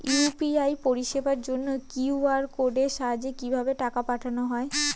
UPI পরিষেবার জন্য QR কোডের সাহায্যে কিভাবে টাকা পাঠানো হয়?